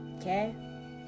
okay